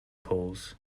pools